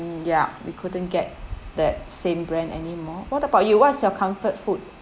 yup we couldn't get that same brand anymore what about you what is your comfort food